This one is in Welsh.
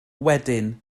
wedyn